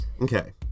Okay